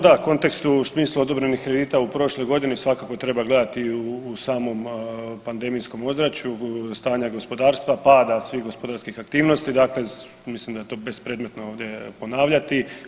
Da, u kontekstu u smislu odobrenih kredita u prošloj godini svakako treba gledati u samom pandemijskom ozračju, stanja gospodarstva, pada svih gospodarskih aktivnosti, dakle mislim da je to bespredmetno ovdje ponavljati.